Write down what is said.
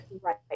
Right